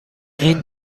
این